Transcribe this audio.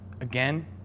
Again